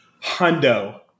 Hundo